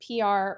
PR